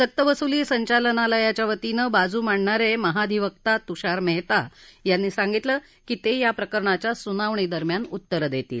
सक्त वसुली संचालनालयाच्या वतीनं बाजू मांडणारे महाधिवका तुषार मेहता यांनी सांगितलं कि ते या प्रकरणाच्या सुनावणी दरम्यान उत्तरं देतील